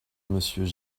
monsieur